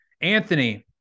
Anthony